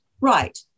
Right